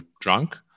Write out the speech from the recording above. drunk